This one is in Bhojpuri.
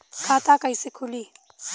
खाता कईसे खुली?